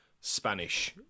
Spanish